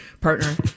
partner